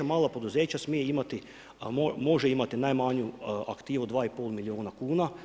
Mala poduzeća smije imati, može imati najmanju aktivu 2 i pol milijuna kuna.